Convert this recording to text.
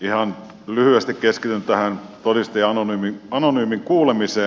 ihan lyhyesti keskityn tähän todistajan anonyymiin kuulemiseen